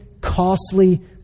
costly